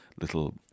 little